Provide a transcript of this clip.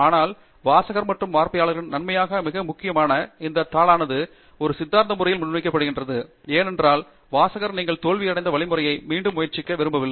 ஆனால் வாசகர் மற்றும் பார்வையாளர்களின் நன்மைக்காக மிக முக்கியமாக இந்த தாளானது ஒரு சித்தாந்த முறையில் முன்வைக்கப்படுகிறது ஏனென்றால் வாசகர் அதை நீங்கள் கண்டறிந்த அதே சித்திரவதை மூலம் செல்ல விரும்பவில்லை